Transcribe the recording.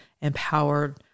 empowered